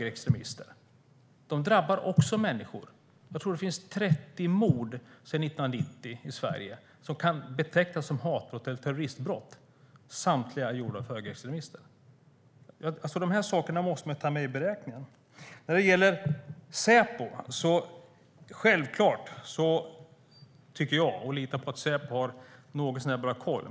De drabbar också människor. Jag tror att det har skett 30 mord i Sverige sedan 1990 som kan betecknas som hatbrott eller terroristbrott, samtliga begångna av högerextremister. Detta måste man ta med i beräkningen. När det gäller Säpo litar jag självklart på att de har något så när bra koll.